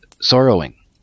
sorrowing